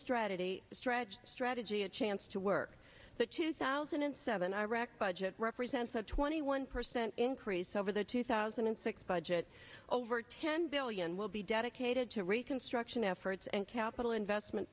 strategy to stretch strategy a chance to work the two thousand and seven i wreckage it represents a twenty one percent increase over the two thousand and six budget over ten billion will be dedicated to reconstruction efforts and capital investment